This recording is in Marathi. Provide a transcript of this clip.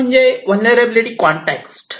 एक म्हणजे व्हलनेरलॅबीलीटी कॉंटेक्स